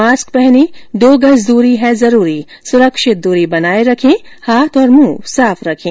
mask पहनें दो गज दूरी है जरूरी सुरक्षित दूरी बनाये रखें हाथ और मुंह साफ रखें